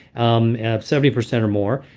um seventy percent or more.